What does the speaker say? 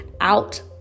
out